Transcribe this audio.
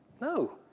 No